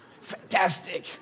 fantastic